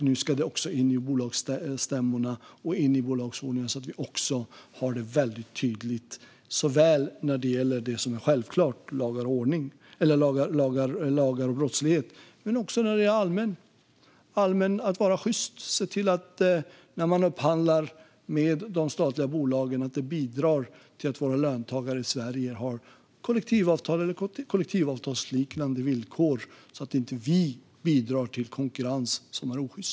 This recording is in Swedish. Nu ska denna också in bolagsordningen och tas upp på bolagsstämmorna så att det är tydligt i fråga om lagar och brottslighet samt i fråga om att agera sjyst, det vill säga att upphandlingen i de statliga bolagen ska bidra till att löntagare i Sverige har kollektivavtal eller kollektivavtalsliknande villkor. Vi ska inte bidra till osjyst konkurrens.